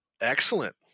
Excellent